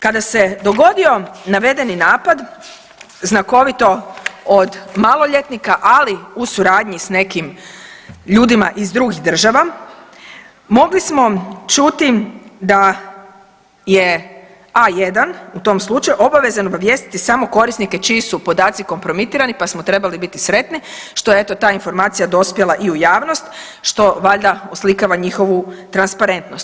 Kada se dogodio navedeni napad znakovito od maloljetnika, ali u suradnji sa nekim ljudima iz drugih država mogli smo čuti da je A1 u tom slučaju obavezan obavijestiti samo korisnike čiji su podaci kompromitirani, pa smo trebali biti sretni što je eto ta informacija dospjela u javnost što valjda oslikava njihovu transparentnost.